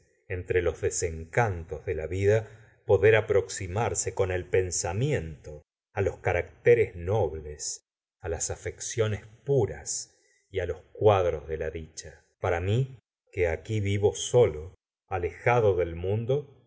entre los desencantos de la vida poder aproximarse con el pensamiento á los caracteres nobles las afecciones puras y los cuadros de la dicha para mi que aquí vivo sólo alejado del mundo